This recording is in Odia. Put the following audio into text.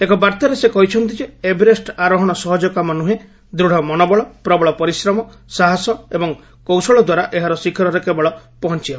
ଏକ ବାର୍ତ୍ତାରେ ସେ କହିଛନ୍ତି ଯେ ଏଭରେଷ୍ଟ ଆରୋହଣ ସହଜକାମ ନୁହେଁ ଦୃଢ଼ ମନୋବଳ ପ୍ରବଳ ପରିଶ୍ରମ ସାହସ ଏବଂ କୌଶଳ ଦ୍ୱାରା ଏହାର ଶିଖରରେ କେବଳ ପହଞ୍ଚି ହେବ